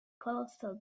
colossal